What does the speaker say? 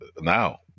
now